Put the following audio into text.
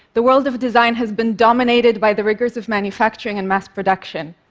the world of design has been dominated by the rigors of manufacturing and mass production.